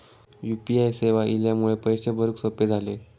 U P I सेवा इल्यामुळे पैशे भरुक सोपे झाले